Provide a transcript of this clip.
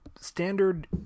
Standard